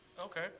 Okay